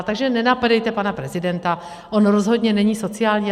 Takže nenapadejte pana prezidenta, on rozhodně není sociální (?).